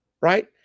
right